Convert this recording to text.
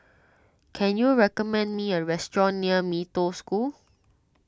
can you recommend me a restaurant near Mee Toh School